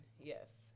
yes